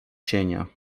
cienia